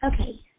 Okay